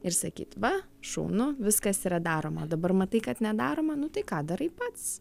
ir sakyt va šaunu viskas yra daroma o dabar matai kad nedaroma nu tai ką darai pats